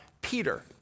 Peter